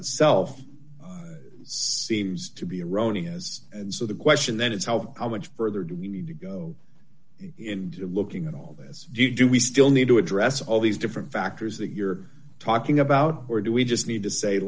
itself seems to be erroneous and so the question then is how how much further do we need to go into looking at all this do you do we still need to address all these different factors that you're talking about or do we just need to say